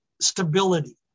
stability